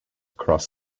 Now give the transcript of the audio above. cross